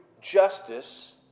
justice